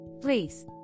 Please